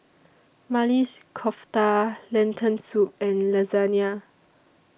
Maili's Kofta Lentil Soup and Lasagna